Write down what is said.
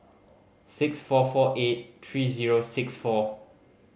six four four eight three zero six four